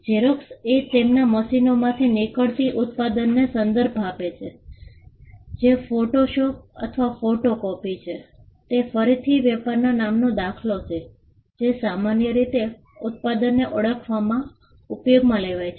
xerox એ તેમના મશીનોમાંથી નીકળતા ઉત્પાદનનો સંદર્ભ આપે છે કે જે ફોટોશોપ અથવા ફોટોકોપી છે તે ફરીથી વેપારના નામનો દાખલો છે જે સામાન્ય રીતે ઉત્પાદનને ઓળખવામાં ઉપયોગમાં લેવાય છે